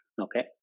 okay